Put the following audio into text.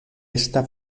esta